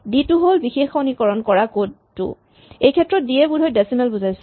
D টো হ'ল বিশেষণীকৰণ কৰা কড টো এইক্ষেত্ৰত ডি য়ে বোধহয় ডেচিমেল বুজাইছে